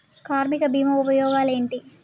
కార్మిక బీమా ఉపయోగాలేంటి?